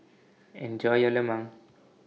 Enjoy your Lemang